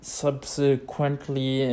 subsequently